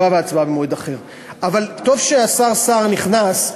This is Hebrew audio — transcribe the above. טוב שהשר סער נכנס.